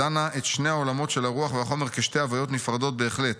הדנה את שני העולמות של הרוח והחומר כשתי הוויות נפרדות בהחלט,